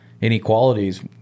inequalities